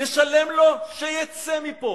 נשלם לו שיצא מפה.